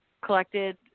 collected